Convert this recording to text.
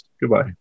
Goodbye